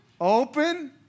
open